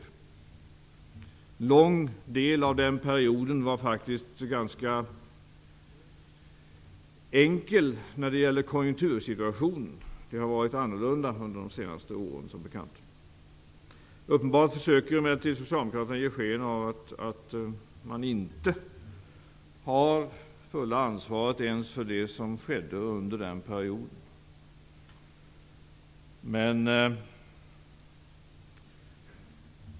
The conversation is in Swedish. Under en stor del av den perioden var konjunktursituationen faktiskt ganska bra. Det har, som bekant, varit annorlunda under de senaste åren. Uppenbarligen försöker emellertid socialdemokraterna ge sken av att man inte har det fulla ansvaret ens för det som skedde under den perioden.